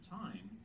time